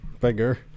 Bigger